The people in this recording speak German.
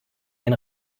den